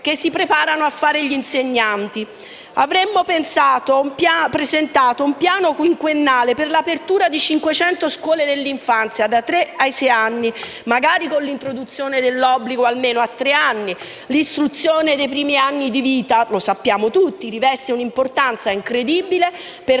che si preparano a fare gli insegnanti. Avremmo presentato un piano quinquennale per l'apertura di 500 scuole dell'infanzia dai tre ai sei anni, magari con l'introduzione dell'obbligo scolastico almeno a tre anni. Come sappiamo tutti, l'istruzione dei primi anni di vita riveste un'importanza incredibile per